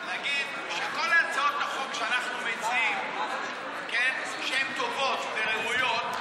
להגיד שכל הצעות החוק שאנחנו מציעים שהן טובות וראויות,